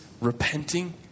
repenting